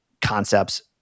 concepts